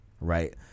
right